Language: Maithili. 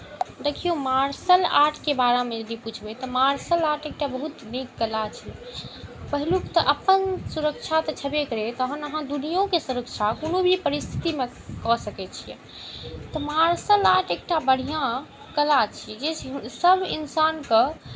देखियौ मार्शल आर्टके बारेमे यदि पुछबै तऽ मार्शल आर्ट एकटा बहुत नीक कला छै पहिलुक तऽ अपन सुरक्षा तऽ छैबे करै तहन अहाँ दुनियोके सुरक्षा कोनो भी परिस्थितिमे कऽ सकै छियै तऽ मार्शल आर्ट एकटा बढ़िऑं कला छी जे सभ इन्सान के